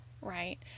right